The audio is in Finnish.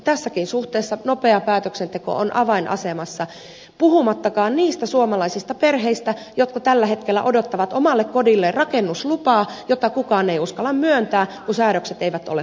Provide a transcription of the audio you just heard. tässäkin suhteessa nopea päätöksenteko on avainasemassa puhumattakaan niistä suomalaisista perheistä jotka tällä hetkellä odottavat omalle kodilleen rakennuslupaa jota kukaan ei uskalla myöntää kun säädökset eivät ole kunnossa